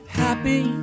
happy